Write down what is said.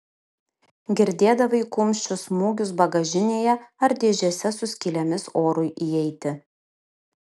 girdėdavai kumščių smūgius bagažinėje ar dėžėse su skylėmis orui įeiti